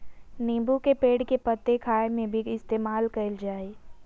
नींबू के पेड़ के पत्ते खाय में भी इस्तेमाल कईल जा हइ